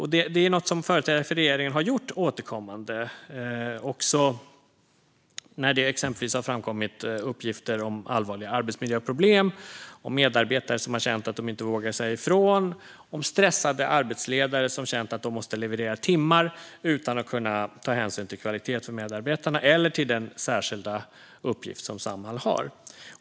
Det är något som företrädare för regeringen har gjort återkommande, också när det exempelvis har framkommit uppgifter om allvarliga arbetsmiljöproblem, medarbetare som har känt att de inte vågar säga ifrån och stressade arbetsledare som känt att de måste leverera timmar utan att kunna ta hänsyn till kvaliteten för medarbetarna eller till den särskilda uppgift som Samhall har.